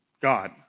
God